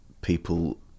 people